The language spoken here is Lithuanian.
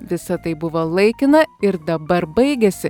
visa tai buvo laikina ir dabar baigiasi